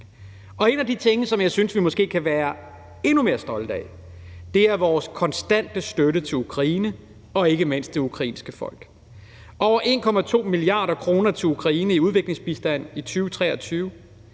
En af de ting, som jeg synes vi måske kan være endnu mere stolte af, er vores konstante støtte til Ukraine og ikke mindst det ukrainske folk – over 1,2 mia. kr. til Ukraine i udviklingsbistand i 2023.